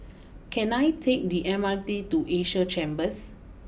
can I take the M R T to Asia Chambers